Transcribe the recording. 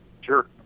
Sure